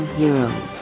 heroes